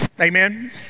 Amen